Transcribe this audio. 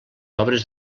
obres